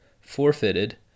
forfeited